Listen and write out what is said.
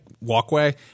walkway